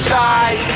die